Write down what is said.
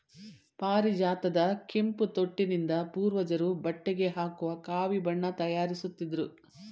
ಪಾರಿಜಾತದ ಕೆಂಪು ತೊಟ್ಟಿನಿಂದ ಪೂರ್ವಜರು ಬಟ್ಟೆಗೆ ಹಾಕುವ ಕಾವಿ ಬಣ್ಣ ತಯಾರಿಸುತ್ತಿದ್ರು